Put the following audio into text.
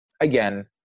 again